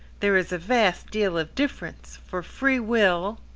there is a vast deal of difference, for free will